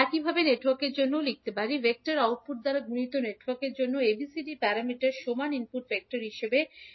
একইভাবে network b র জন্যও আমরা লিখতে পারি ভেক্টর আউটপুট দ্বারা গুণিত নেটওয়ার্ক b এর জন্য ABCD প্যারামিটার সমান ইনপুট ভেক্টর হিসাবে এর ভেক্টর